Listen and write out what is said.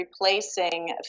replacing